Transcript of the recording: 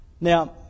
Now